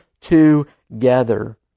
together